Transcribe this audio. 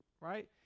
right